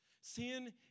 Sin